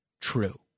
true